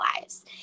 lives